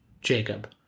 Jacob